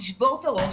תשבור את הראש,